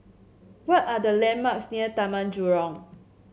what are the landmarks near Taman Jurong